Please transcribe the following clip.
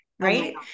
Right